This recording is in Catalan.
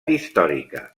històrica